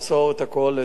לסמן את הכול,